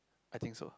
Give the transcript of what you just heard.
I think so